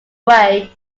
away